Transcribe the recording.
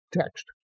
text